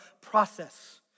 process